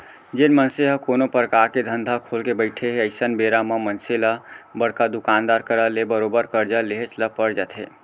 जेन मनसे ह कोनो परकार के धंधा खोलके बइठे हे अइसन बेरा म मनसे ल बड़का दुकानदार करा ले बरोबर करजा लेहेच ल पर जाथे